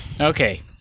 Okay